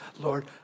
Lord